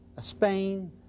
Spain